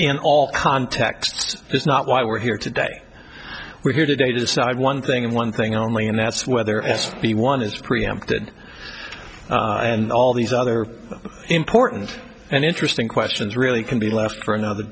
in all contexts is not why we're here today we're here today to decide one thing and one thing only and that's whether s b one is preempted and all these other important and interesting questions really can be left for another